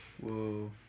Whoa